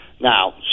Now